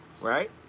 Right